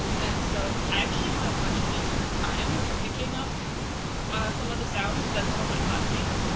and so i actually had a much easier time picking up some of the sounds than some of my classmates,